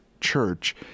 Church